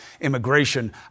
immigration